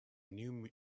new